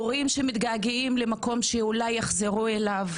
הורים שמתגעגעים למקום שאולי יחזרו אליו,